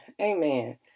amen